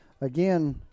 again